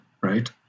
right